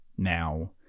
Now